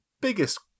biggest